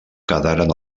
quedaren